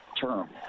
term